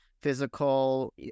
physical